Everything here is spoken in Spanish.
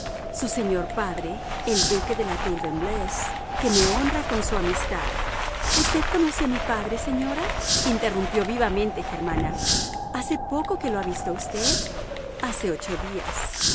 su señor padre el duque de la tour de embleuse que me honra con su amistad usted conoce a mi padre señora interrumpió vivamente germana hace poco que lo ha visto usted hace ocho días